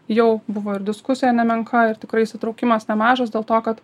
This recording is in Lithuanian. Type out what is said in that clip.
jau buvo ir diskusija nemenka ir tikrai įsitraukimas nemažas dėl to kad